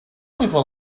people